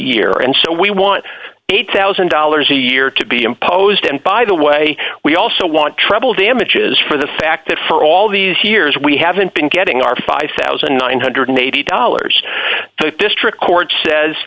year and so we want eight thousand dollars a year to be imposed and by the way we also want treble damages for the fact that for all these years we haven't been getting our five thousand nine hundred and eighty dollars the district court says